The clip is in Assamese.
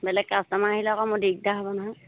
বেলেগ কাষ্টমাৰ আহিলে আকৌ মোৰ দিগদাৰ হ'ব নহয়